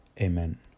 Amen